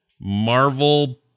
Marvel